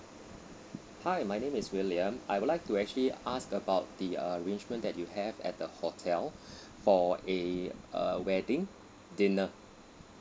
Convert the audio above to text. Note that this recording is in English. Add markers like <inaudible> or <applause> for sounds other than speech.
hi my name is william I would like to actually ask about the arrangement that you have at the hotel <breath> for a uh wedding dinner